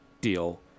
deal